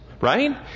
Right